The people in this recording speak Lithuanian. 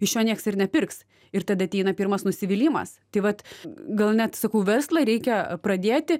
iš jo nieks ir nepirks ir tada ateina pirmas nusivylimas tai vat gal net sakau verslą reikia pradėti